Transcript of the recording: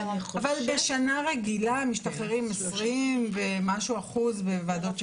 אבל בשנה רגילה משתחררים 20% ומשהו בוועדות שחרורים.